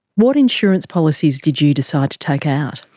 what insurance policies did you decide to take out?